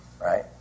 right